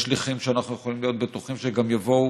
יש שליחים שאנחנו יכולים להיות בטוחים שגם יבואו